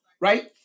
right